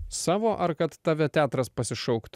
savo ar kad tave teatras pasišauktų